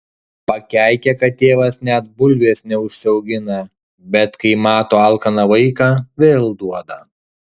pakeikia kad tėvas net bulvės neužsiaugina bet kai mato alkaną vaiką vėl duoda